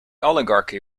oligarchy